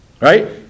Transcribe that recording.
right